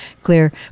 clear